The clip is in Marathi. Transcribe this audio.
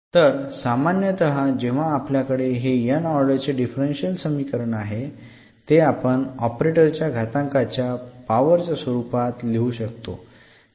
तर सामान्यतः जेव्हा आपल्याकडे हे n ऑर्डर चे डिफरन्शियल समीकरण आहे ते आपण ऑपरेटरच्या घातांकाच्या च्या स्वरूपात लिहू शकतो